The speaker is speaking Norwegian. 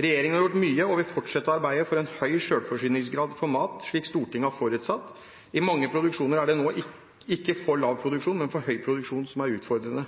Regjeringen har gjort mye og vil fortsette å arbeide for en høy selvforsyningsgrad for mat, slik Stortinget har forutsatt. I mange produksjoner er det nå ikke for lav produksjon, men for høy produksjon som er utfordrende.